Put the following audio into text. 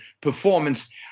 performance